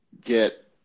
get